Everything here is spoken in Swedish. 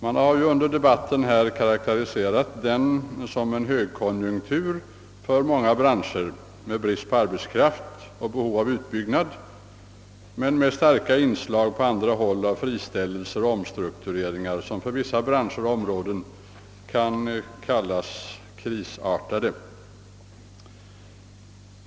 Man har under denna debatt karakteriserat konjunkturen som en högkonjunktur för många branscher med brist på arbetskraft och behov av utbyggnad, men med starka inslag på andra håll av friställelser och omstruktureringar; situationen kan för vissa branscher och områden sägas vara krisartad.